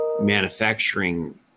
manufacturing